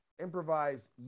improvise